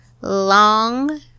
Long